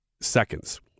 seconds